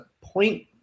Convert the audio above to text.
point